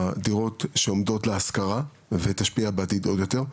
הדירות שעומדות להשכרה והיא גם זו שתשפיע בעתיד אפילו עוד יותר.